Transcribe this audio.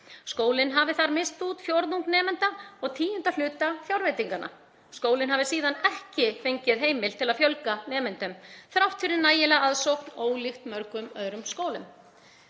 Skólinn hafi þar misst út fjórðung nemenda og tíunda hluta fjárveitinganna. Skólinn hafi síðan ekki fengið heimild til að fjölga nemendum þrátt fyrir nægilega aðsókn, ólíkt mörgum öðrum skólum.